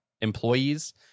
employees